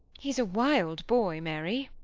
he's a wild boy, mary.